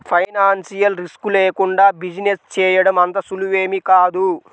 financial risk లేకుండా business చేయడం అంత సులువేమీ కాదు